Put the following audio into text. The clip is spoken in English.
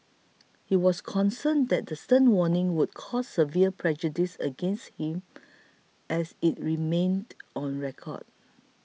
he was concerned that the stern warning would cause severe prejudice against him as it remained on record